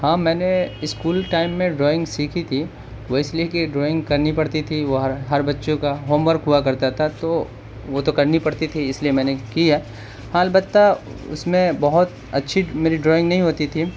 ہاں میں نے اسکول ٹائم میں ڈرائنگ سیکھی تھی وہ اس لیے کہ ڈرائنگ کرنی پڑتی تھی وہ ہر ہر بچوں کا ہوم ورک ہوا کرتا تھا تو وہ تو کرنی پڑتی تھی اس لئے میں نے کیا ہاں البتہ اس میں بہت اچھی میری ڈرائنگ نہیں ہوتی تھی